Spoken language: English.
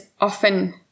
often